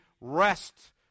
rest